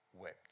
wept